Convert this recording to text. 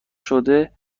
شده